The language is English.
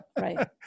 right